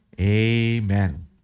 Amen